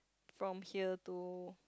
from here to